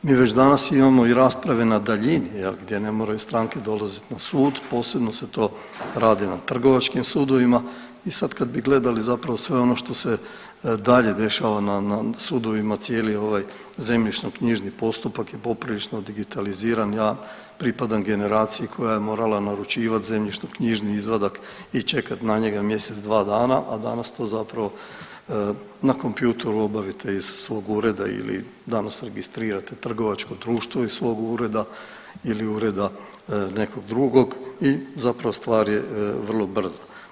Mi već danas imamo i rasprave na daljine, je li, gdje ne moraju stranke dolaziti na sud, posebno se to radi na trgovačkim sudovima i sad kad bi gledali zapravo sve ono što se dalje dešava na sudovima, cijeli ovaj zemljišnoknjižni postupak je poprilično digitaliziran, ja pripadam generaciji koja je morala naručivati ZK izvadak i čekati na njega mjesec, dva dana, a danas to zapravo na kompjutoru obavite iz svog ureda ili danas registrirate trgovačko društvo iz svog ureda ili ureda nekog drugog i zapravo stvar je vrlo brza.